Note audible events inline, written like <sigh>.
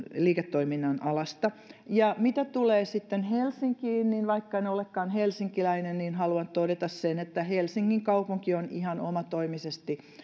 liiketoiminnan alasta mitä tulee sitten helsinkiin niin vaikka en olekaan helsinkiläinen haluan todeta sen että helsingin kaupunki on ihan omatoimisesti <unintelligible>